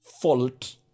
fault